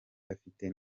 afite